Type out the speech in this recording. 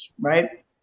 Right